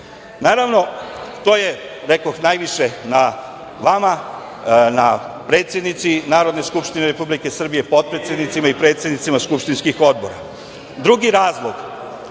Naravno, to je, rekoh, najviše na vama, na predsednici Narodne skupštine Republike Srbije, potpredsednicima i predsednicima skupštinskih odbora. Drugi razlog